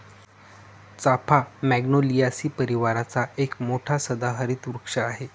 चाफा मॅग्नोलियासी परिवाराचा एक मोठा सदाहरित वृक्ष आहे